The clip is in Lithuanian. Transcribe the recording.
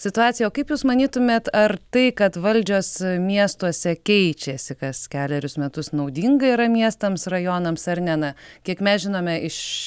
situacija o kaip jūs manytumėt ar tai kad valdžios miestuose keičiasi kas kelerius metus naudinga yra miestams rajonams ar ne na kiek mes žinome iš